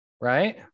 right